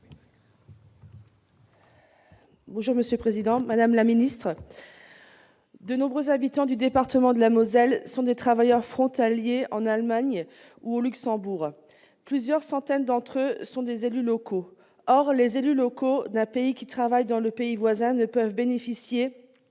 affaires européennes. Madame la ministre, de nombreux habitants du département de la Moselle sont des travailleurs frontaliers en Allemagne ou au Luxembourg. Plusieurs centaines d'entre eux sont des élus locaux. Or les élus locaux d'un pays qui travaillent dans le pays voisin ne peuvent bénéficier